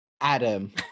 Adam